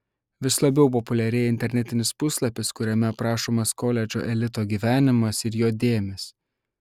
vis labiau populiarėja internetinis puslapis kuriame aprašomas koledžo elito gyvenimas ir jo dėmės